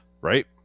right